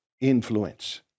influence